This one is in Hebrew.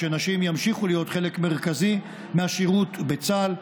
שנשים ימשיכו להיות חלק מרכזי מהשירות בצה"ל.